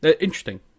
interesting